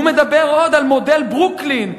והוא מדבר עוד על מודל ברוקלין,